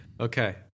Okay